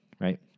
Right